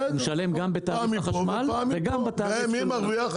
הוא משלם גם בתעריף החשמל וגם בתעריף --- ומי מרוויח?